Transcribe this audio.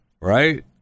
right